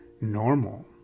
normal